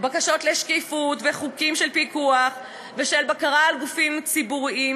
בקשות לשקיפות וחוקים של פיקוח ושל בקרה על גופים ציבוריים,